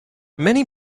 many